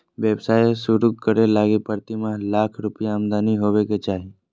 व्यवसाय शुरू करे लगी प्रतिमाह लाख रुपया आमदनी होबो के चाही